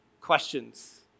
questions